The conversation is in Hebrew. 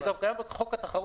זה קיים בחוק התחרות.